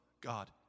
God